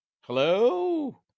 Hello